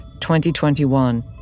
2021